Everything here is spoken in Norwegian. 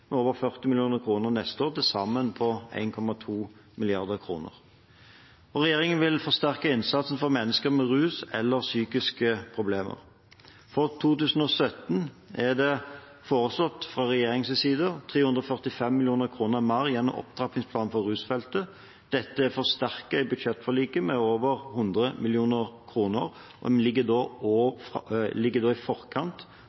med over 40 mill. kr neste år, til sammen 1,2 mrd. kr. Regjeringen vil forsterke innsatsen for mennesker med rusproblemer eller psykiske problemer. For 2017 er det fra regjeringens side foreslått 345 mill. kr mer gjennom opptrappingsplanen for rusfeltet. Dette er forsterket i budsjettforliket med over 100 mill. kr. Vi ligger da